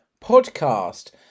Podcast